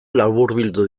laburbildu